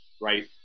right